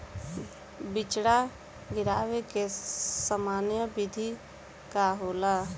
बिचड़ा गिरावे के सामान्य विधि का होला?